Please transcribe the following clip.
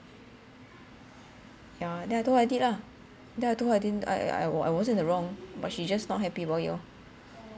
yeah then I told I did lah then I told I didn't I I wa~ I wasn't in the wrong but she just not happy about it oh